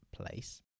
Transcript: place